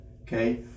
okay